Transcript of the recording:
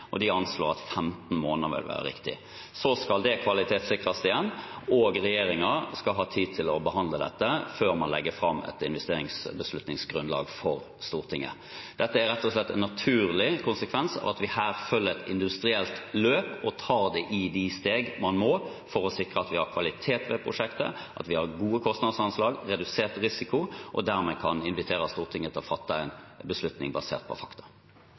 De anslår at 15 måneder vil være riktig. Så skal det kvalitetssikres igjen, og regjeringen skal ha tid til å behandle dette før man legger fram et investeringsbeslutningsgrunnlag for Stortinget. Dette er rett og slett en naturlig konsekvens av at vi her følger et industrielt løp og tar det i de steg man må for å sikre at vi har kvalitet ved prosjektet, at vi har gode kostnadsanslag, redusert risiko og dermed kan invitere Stortinget til å fatte en beslutning basert på fakta.